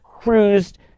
cruised